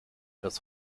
das